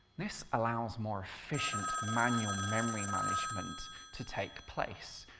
this allows more efficient manual memory management to take place,